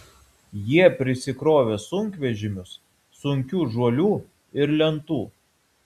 jie prisikrovė sunkvežimius sunkių žuolių ir lentų